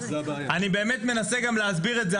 אני באמת מנסה גם להסביר את זה,